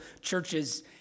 churches